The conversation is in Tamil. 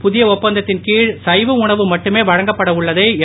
புதிய ஒப்பந்தத்தின் கீழ் சைவ உணவு மட்டுமே வழங்கப்பட உள்ளதை என்